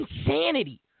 insanity